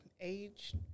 age